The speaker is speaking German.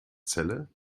celle